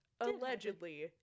allegedly